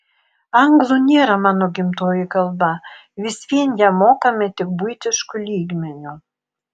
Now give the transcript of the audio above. anglų nėra mano gimtoji kalba vis vien ją mokame tik buitišku lygmeniu